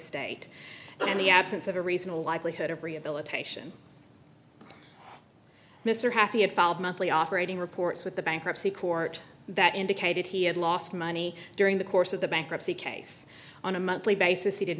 state and the absence of a reasonable likelihood of rehabilitation mr hatfield filed monthly operating reports with the bankruptcy court that indicated he had lost money during the course of the bankruptcy case on a monthly basis he did